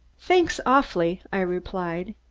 thanks awfully, i replied.